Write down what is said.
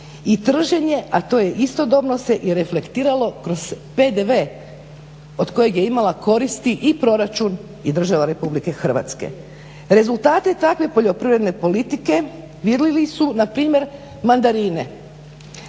i trženje, a to je istodobno se i reflektiralo kroz PDV od kojeg je imala koristi i proračun i država RH. Rezultati takve poljoprivredne politike vidljivi su, npr. mandarine.